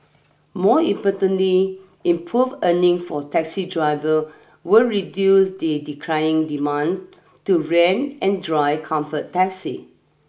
more importantly improve earning for taxi driver will reduce the declining demand to rent and drive comfort taxi